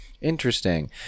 interesting